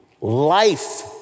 life